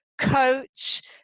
coach